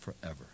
forever